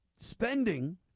spending